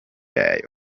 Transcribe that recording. year